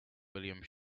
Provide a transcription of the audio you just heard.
william